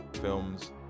films